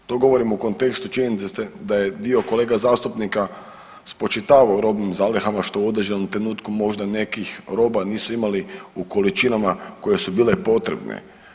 To govorim u kontekstu činjenice da je dio kolega zastupnika spočitavao robnim zalihama što u određenom trenutku možda nekih roba nisu imali u količinama koje su bile potrebne.